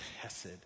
hesed